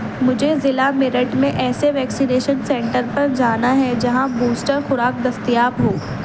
مجھے ضلع میرٹھ میں ایسے ویکسینیشن سنٹر پر جانا ہے جہاں بوسٹر خوراک دستیاب ہو